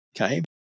Okay